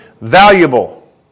valuable